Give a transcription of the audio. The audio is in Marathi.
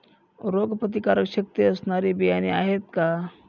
रोगप्रतिकारशक्ती असणारी बियाणे आहे का?